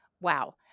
wow